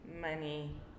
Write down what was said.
money